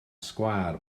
sgwâr